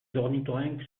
ornithorynques